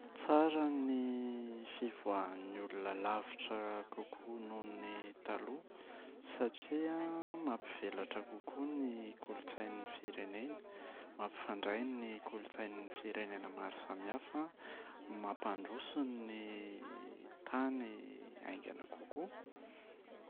Tsara ny fivoahan’ny olona alavitra kokoa noho ny taloha, satria mampivelatra kokoa ny kolontsain’ny fireneny, mampifandray ny kolontsain’ny firenena maro samihafa, mampandroso ny tany aingana kokoa.